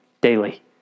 daily